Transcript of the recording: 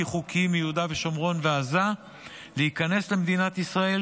חוקיים מיהודה ושומרון ועזה להיכנס למדינת ישראל